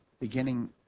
beginning